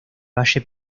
valle